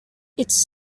its